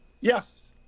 Yes